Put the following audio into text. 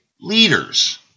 leaders